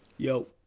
Yo